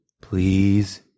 Please